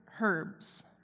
herbs